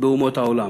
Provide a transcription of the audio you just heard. באומות העולם.